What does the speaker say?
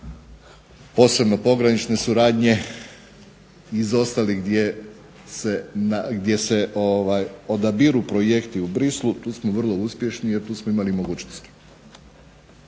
posebno pogranične suradnje iz ostalih gdje se odabiru projekti u Bruxellesu tu smo vrlo uspješni jer tu smo imali mogućnosti.